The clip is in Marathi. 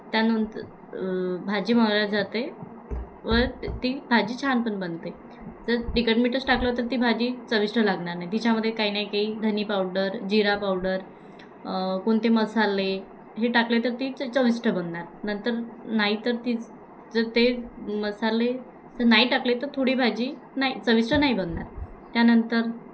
त्यानंतर भाजी जाते व ती भाजी छान पण बनते जर तिखट मीठच टाकलं तर ती भाजी चविष्ट लागणार नाही तिच्यामध्ये काही नाही काही धने पावडर जिरा पावडर कोणते मसाले हे टाकले तर ती च चविष्ट बनणार नंतर नाही तर तीच जर ते मसाले तर नाही टाकले तर थोडी भाजी नाही चविष्ट नाही बनणार त्यानंतर